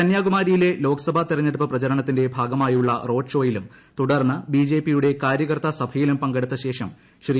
കന്യാകുമാരിയിലെ ലോക്സഭാ തെരഞ്ഞെടുപ്പ് പ്രചരണത്തിന്റെ ഭാഗമായുള്ള റോഡ് ഷോയിലും തുടർന്ന് ബിജെപിയുടെ കാര്യകർത്ത സഭയിലും പങ്കെടുത്ത ശേഷം ശ്രീ